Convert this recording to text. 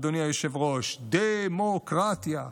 אדוני היושב-ראש, "ד-מו-קר-טיה",